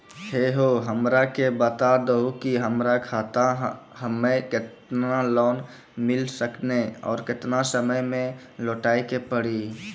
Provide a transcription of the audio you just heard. है हो हमरा के बता दहु की हमार खाता हम्मे केतना लोन मिल सकने और केतना समय मैं लौटाए के पड़ी?